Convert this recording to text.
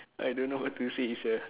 I don't know what to say is sia